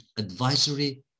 Advisory